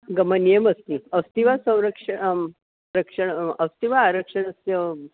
गमनीयमस्ति अस्ति वा संरक्षणं आं रक्षणं अस्ति वा आरक्षणं